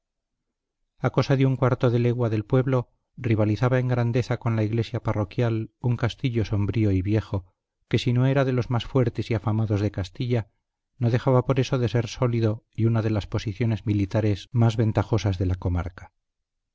a cosa de un cuarto de legua del pueblo rivalizaba en grandeza con la iglesia parroquial un castillo sombrío y viejo que si no era de los más fuertes y afamados de castilla no dejaba por eso de ser sólido y una de las posiciones militares más ventajosas de la comarca